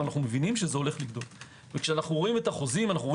אבל אנו מבינים שזה הולך לגדול,